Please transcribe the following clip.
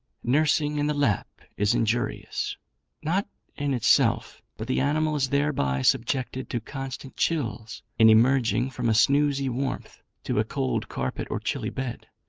nursing in the lap is injurious not in itself, but the animal is thereby subjected to constant chills, in emerging from a snoozy warmth to a cold carpet or chilly bed.